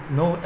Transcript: no